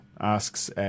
Asks